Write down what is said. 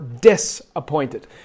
disappointed